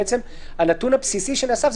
בעצם הנתון הבסיסי שנאסף,